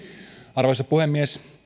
arvoisa puhemies